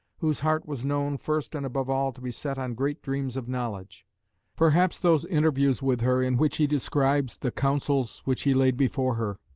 whose heart was known, first and above all, to be set on great dreams of knowledge perhaps those interviews with her in which he describes the counsels which he laid before her,